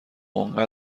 اونقدر